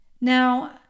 Now